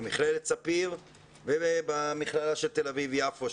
במכללת ספיר ובמכללה של תל אביב-יפו,